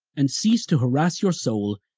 and cease to harass your soul,